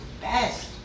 best